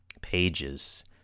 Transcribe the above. pages